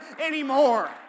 anymore